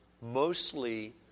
mostly